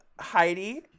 Heidi